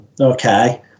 okay